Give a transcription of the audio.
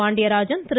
Pandiarajan Thiru